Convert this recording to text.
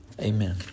Amen